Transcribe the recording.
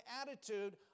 attitude